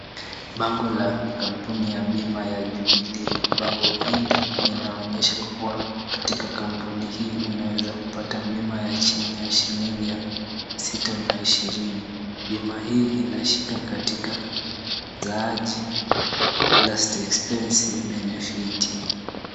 Bango la kampuni ya bima ya Jubilee. Bango hili linaonyesha kuwa katika kampuni hii unaweza kupata bima ya chini ya shilingi mia sita na ishirini. Bima hii inashika katika zaaji last expense benefiti .